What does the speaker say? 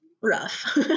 rough